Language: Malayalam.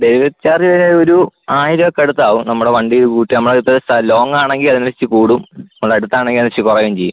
ഡെലിവെറി ചാർജ്ജ് ഒരു ആയിരമൊക്കെ അടുത്താകും നമ്മളുടെ വണ്ടി കൂട്ടി നമ്മടടുത്തെ ലോങ്ങാണെങ്കിൽ അതിനനുസരിച്ച് കൂടും നമ്മുടെയടുത്താണെങ്കിൽ അതിനനുസരിച്ച് കുറയുകയും ചെയ്യും